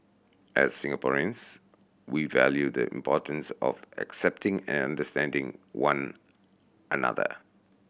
as Singaporeans we value the importance of accepting and understanding one another